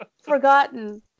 forgotten